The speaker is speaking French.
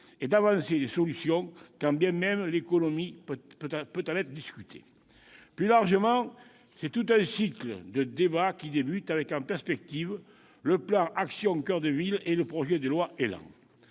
et d'avancer des solutions, quand bien même l'économie peut en être discutée. Plus largement, c'est tout un cycle de débats qui débute, avec, en perspective, le plan « Action coeur de ville » et le projet de loi ÉLAN.